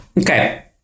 okay